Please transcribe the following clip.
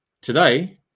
today